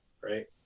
Right